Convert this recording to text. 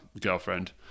girlfriend